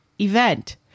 event